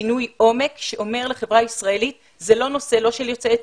שינוי עומק שאומר לחברה הישראלית זה לא נושא לא של יוצאי אתיופיה,